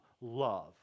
love